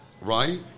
Right